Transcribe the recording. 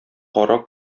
кара